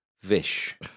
Vish